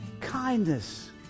kindness